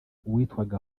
witwaga